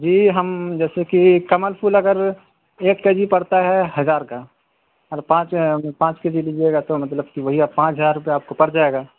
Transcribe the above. جی ہم جیسے کہ کمل پھول اگر ایک کے جی پڑتا ہے ہزار کا اور پانچ پانچ کے جی لیجیے گا تو مطلب کہ وہی اب پانچ ہزار روپیہ آپ کو پڑ جائے گا